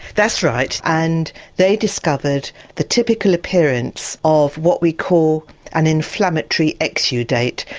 that's right and they discovered the typical appearance of what we call an inflammatory exudate,